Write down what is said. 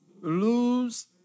lose